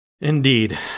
Indeed